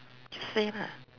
just say la